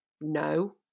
no